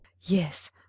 Yes